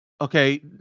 okay